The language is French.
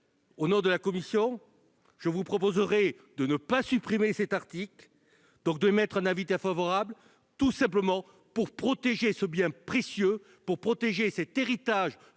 Au nom de la commission, je vous propose de ne pas supprimer cet article, et donc d'émettre un avis défavorable sur l'amendement, pour protéger ce bien précieux, cet héritage